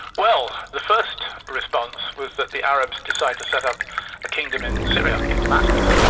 well the first response was that the arabs decided to set up a kingdom in syria, in damascus.